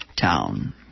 town